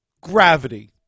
gravity